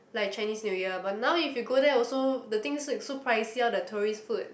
like Chinese-New-Year but now if you go there also the things so so pricey all the tourist food